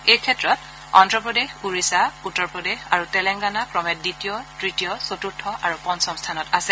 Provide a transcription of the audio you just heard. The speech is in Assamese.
এই ক্ষেত্ৰত অন্ধপ্ৰদেশ ওড়িশা উত্তৰ প্ৰদেশ আৰু তেলেংগানা ক্ৰমে দ্বিতীয় তৃতীয় চতুৰ্থ আৰু পঞ্চম স্থানত আছে